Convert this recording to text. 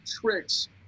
tricks